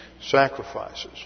sacrifices